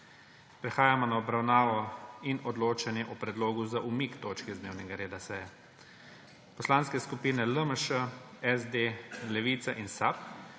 Prehajamo na obravnavo in odločanje o predlogu za umik točke z dnevnega reda seje. Poslanske skupine LMŠ, SD, Levica in SAB